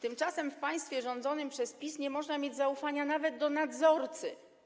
Tymczasem w państwie rządzonym przez PiS nie można mieć zaufania nawet do nadzorcy.